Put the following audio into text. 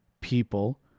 people